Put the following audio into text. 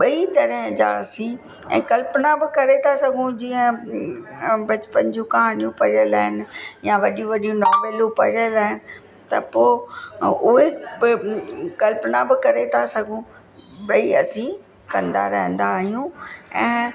ॿई तरह जा असीं ऐं कल्पना बि करे था सघूं जीअं बचपन जूं कहानियूं पयलु आहिनि या वॾी वॾियूं नॉवेलियूं पढ़ियलु आहिनि त पोइ ऐं उहे बि कल्पना बि करे था सघूं भई असीं कंदा रहंदा आहियूं ऐं